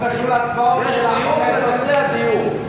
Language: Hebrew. יש דיון בנושא הדיור.